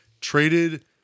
traded